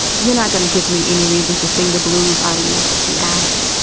you're not gonna give me any reason to sing the blues, are you? he asked.